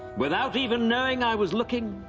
without even knowing i was looking,